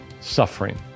suffering